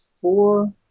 four